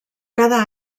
cada